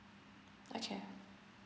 okay